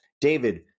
David